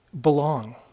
belong